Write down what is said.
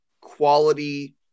quality